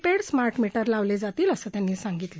paid smart meter लावले जातील असं त्यांनी सांगितलं